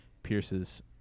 pierce's